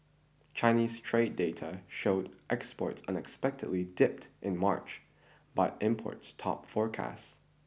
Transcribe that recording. Chinese trade data showed exports unexpectedly dipped in March but imports topped forecasts